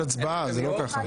יש הצבעה, זה לא ככה.